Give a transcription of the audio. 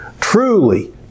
Truly